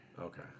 Okay